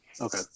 Okay